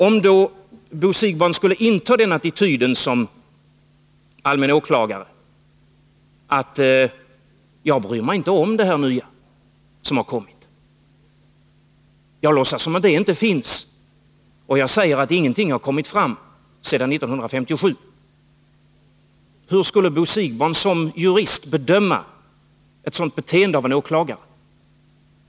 Om då någon som allmän åklagare skulle inta attityden att han inte bryr sig om det nya som tillkommit, låtsas som om det inte funnits och säger att ingenting kommit fram sedan 1957, hur skulle då Bo Siegbahn som jurist bedöma ett sådant beteende av en åklagare?